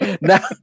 Now